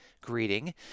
greeting